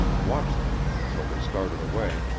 watched them until they started away,